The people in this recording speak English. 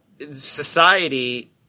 society